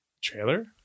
Trailer